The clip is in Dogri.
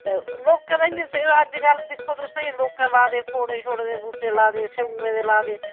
ते लोकें दा इ'यां स्हेई अज्जकल दिक्खो तुस लोकें लाए दे खोड़ें शोड़ें दे बूह्टे लाए दे स्येऊं दे लाए दे